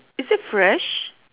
is it fresh